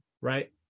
right